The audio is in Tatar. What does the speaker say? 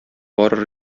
барыр